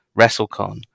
WrestleCon